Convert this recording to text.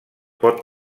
pot